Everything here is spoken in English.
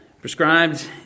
prescribed